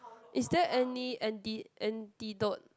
is there any anti antidote